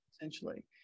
essentially